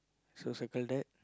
so circle that